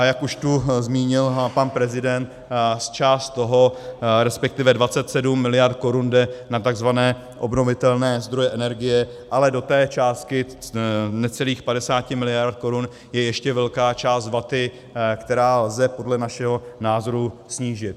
Jak už tu zmínil pan prezident, část toho, resp. 27 mld. korun jde na tzv. obnovitelné zdroje energie, ale do té částky necelých 50 mld. korun je ještě velká část vaty, kterou lze podle našeho názoru snížit.